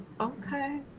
Okay